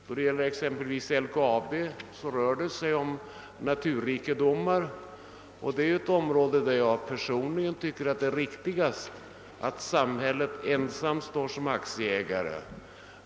När det gäller LKAB rör det sig om naturrikedomar, och det är ett område där jag personligen anser att samhället bör vara ensam ägare.